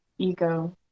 ego